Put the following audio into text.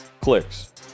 clicks